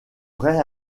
vrai